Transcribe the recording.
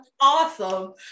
awesome